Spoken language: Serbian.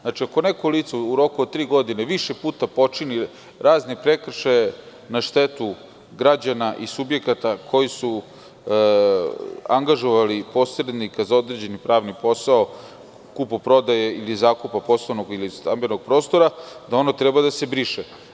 Znači, ako neko lice u roku od tri godine više puta počini razne prekršaje na štetu građana i subjekata koji su angažovali posrednika za određeni pravni posao kupoprodaje ili zakupa poslovnog ili stambenog prostora, da ono treba da se briše.